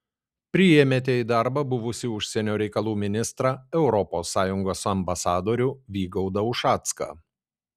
priėmėte į darbą buvusį užsienio reikalų ministrą europos sąjungos ambasadorių vygaudą ušacką